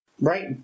Right